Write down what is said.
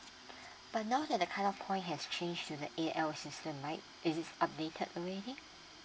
but now that the cut off point has changed to the A_L system right is it updated already